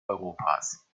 europas